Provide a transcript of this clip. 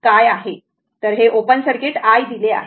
तर हे open circuit i दिले आहे